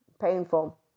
painful